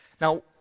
Now